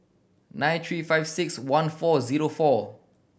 nine three five six one four zero four